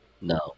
No